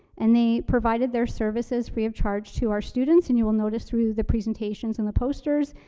and they provided their services free of charge to our students. and you will notice through the presentations and the posters,